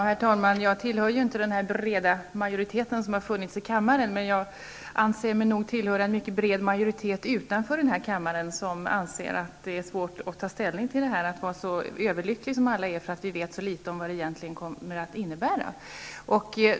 Herr talman! Jag tillhör inte den breda majoritet som har funnits i kammaren, men jag anser mig tillhöra en mycket bred majoritet utanför kammaren, som menar att det är svårt att ta ställning till avtalet och vara så överlycklig som alla är på grund av att vi vet så litet om vad det egentligen kommer att innebära.